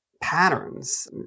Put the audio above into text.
patterns